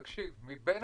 תקשיב, מבין